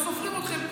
לא סופרים אתכם.